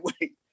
wait